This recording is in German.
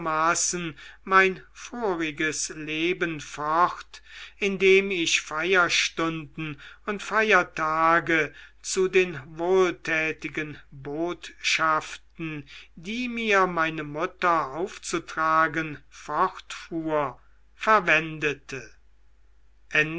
mein voriges leben fort indem ich feierstunden und feiertage zu den wohltätigen botschaften die mir meine mutter aufzutragen fortfuhr verwendete